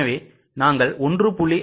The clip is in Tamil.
எனவே நாங்கள் 1